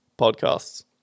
podcasts